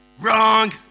Wrong